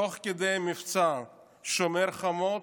תוך כדי מבצע שומר חומות,